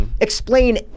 explain